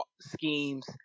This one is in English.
schemes